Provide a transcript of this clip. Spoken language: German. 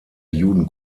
juden